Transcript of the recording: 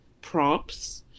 prompts